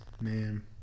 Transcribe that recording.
man